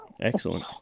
Excellent